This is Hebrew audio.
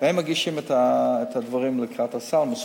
הם מגישים את הדברים לקראת הסל, מסודר,